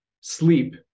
sleep